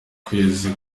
ukwezi